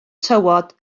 tywod